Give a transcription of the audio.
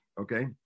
okay